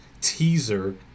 teaser